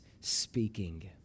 speaking